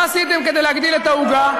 מה עשיתם כדי להגדיל את העוגה?